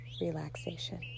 relaxation